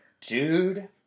Dude